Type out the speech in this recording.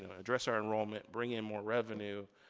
and address our enrollment, bring in more revenue.